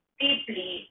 deeply